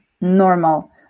normal